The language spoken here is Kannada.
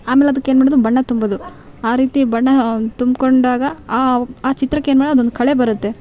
ಆಮೇಲೆ ಅದ್ಕ ಏನು ಮಾಡೋದು ಬಣ್ಣ ತುಂಬೋದು ಆ ರೀತಿ ಬಣ್ಣ ತುಂಬ್ಕೊಂಡಾಗ ಆ ಚಿತ್ರಕ್ಕೆ ಏನ್ಮಾಡ ಒಂದು ಖಳೆ ಬರುತ್ತೆ